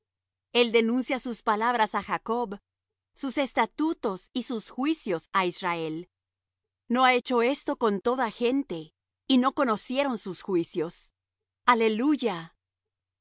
el denuncia sus palabras á jacob sus estatutos y sus juicios á israel no ha hecho esto con toda gente y no conocieron sus juicios aleluya